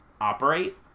operate